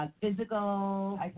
Physical